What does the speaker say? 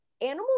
animals